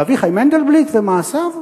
ואביחי מנדלבליט ומעשיו?